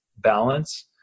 balance